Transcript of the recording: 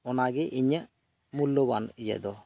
ᱚᱱᱟᱜᱮ ᱤᱧᱟᱹᱜ ᱢᱩᱞᱞᱚᱵᱟᱱ ᱤᱭᱟᱹ ᱫᱚ